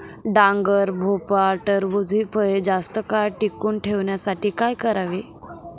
डांगर, भोपळा, टरबूज हि फळे जास्त काळ टिकवून ठेवण्यासाठी काय करावे?